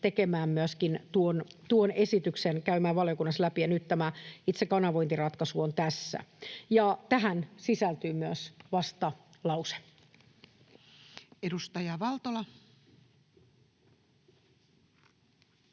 tekemään myöskin tuon esityksen, käymään valiokunnassa läpi, ja nyt tämä itse kanavointiratkaisu on tässä. Tähän sisältyy myös vastalause. [Speech 157]